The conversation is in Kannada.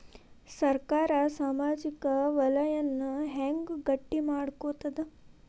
ಸರ್ಕಾರಾ ಸಾಮಾಜಿಕ ವಲಯನ್ನ ಹೆಂಗ್ ಗಟ್ಟಿ ಮಾಡ್ಕೋತದ?